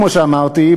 כמו שאמרתי,